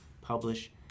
publish